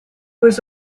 was